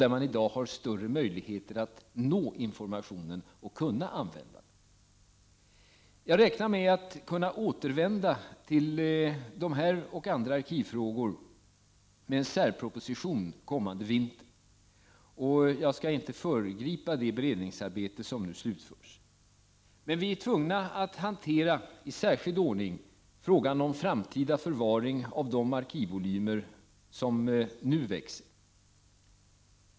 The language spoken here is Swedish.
Där har man i dag större möjligheter att nå information och kunna använda den. Jag räknar med att kunna återvända till dessa och andra arkivfrågor med en särproposition kommande vinter. Jag skall inte föregripa det beredningsarbete som nu slutförs. Vi är emellertid tvungna att i särskild ordning hantera frågan om framtida förvaring av de arkivvolymer som nu växer.